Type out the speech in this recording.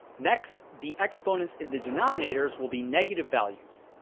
next the exponents in the denominators will be negative values.